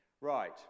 Right